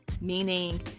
Meaning